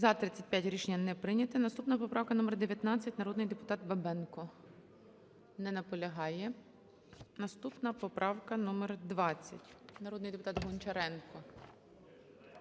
За-35 Рішення не прийнято. Наступна поправка номер 19. Народний депутат Бабенко. Не наполягає. Наступна поправка номер 20. Народний депутат Гончаренко.